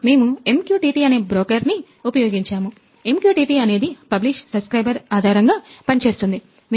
మేము MQTT అనే broker రెండవది subscriber